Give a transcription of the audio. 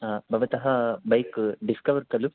भवतः back discover खलु